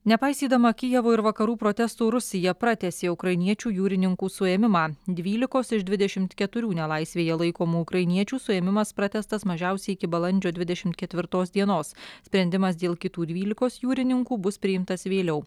nepaisydama kijevo ir vakarų protestų rusija pratęsė ukrainiečių jūrininkų suėmimą dvylikos iš dvidešimt keturių nelaisvėje laikomų ukrainiečių suėmimas pratęstas mažiausiai iki balandžio dvidešimt ketvirtos dienos sprendimas dėl kitų dvylikos jūrininkų bus priimtas vėliau